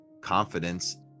confidence